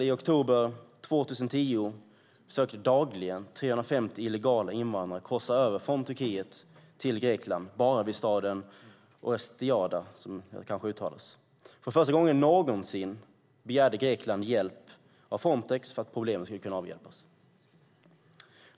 I oktober 2010 försökte till exempel dagligen 350 illegala invandrare korsa över från Turkiet till Grekland bara vid staden Orestiada. För första gången någonsin begärde Grekland hjälp av Frontex för att problemet skulle kunna avhjälpas.